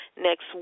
Next